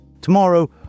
Tomorrow